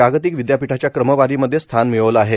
जागतिक विदयापीठांच्या क्रमवारीमध्ये स्थान मिळवलं आहे